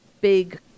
big